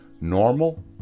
Normal